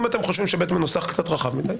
אם אתם חושבים ש-(ב) מנוסח קצת רחב מדי,